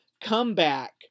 comeback